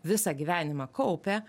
visą gyvenimą kaupė